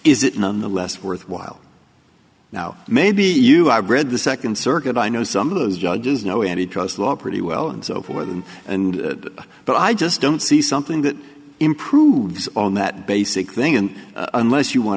is it nonetheless worthwhile now maybe you i read the second circuit i know some of those judges know any drugs law pretty well and so forth and and but i just don't see something that improves on that basic thing and unless you want